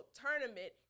tournament